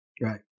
Right